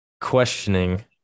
Questioning